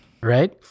Right